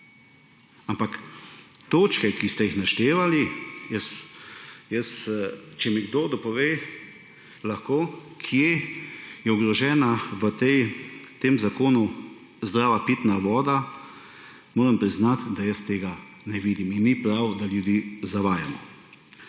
Ampak točke, ki ste jih naštevali − če mi kdo lahko dopove, kje je ogrožena v tem zakonu zdrava pitna voda, moram priznati, da jaz tega ne vidim in ni prav, da ljudi zavajamo.